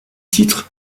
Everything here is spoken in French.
titre